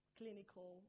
clinical